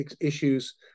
issues